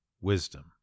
wisdom